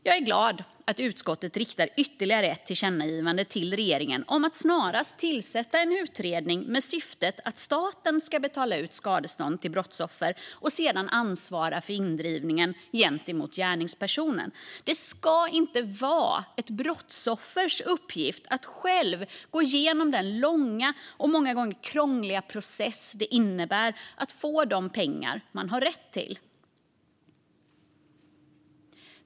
Jag är glad att utskottet riktar ytterligare ett tillkännagivande till regeringen om att snarast tillsätta en utredning med syftet att staten ska betala ut skadestånd till brottsoffer och sedan ansvara för indrivningen gentemot gärningspersonen. Det ska inte vara ett brottsoffers uppgift att själv gå igenom den långa och många gånger krångliga process det innebär att få de pengar man har rätt till.